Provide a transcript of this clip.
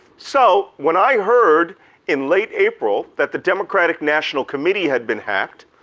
so when i heard in late april that the democratic national committee had been hacked,